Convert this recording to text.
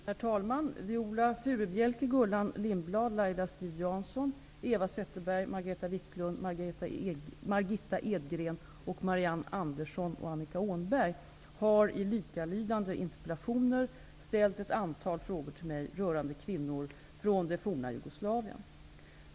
Herr talman! Viola Furubjelke, Gullan Lindblad. Viklund, Margitta Edgren, Marianne Andersson och Annika Åhnberg har i likalydande interpellationer ställt ett antal frågor till mig rörande kvinnor från det forna Jugoslavien.